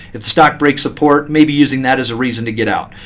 if the stock breaks support, maybe using that as a reason to get out.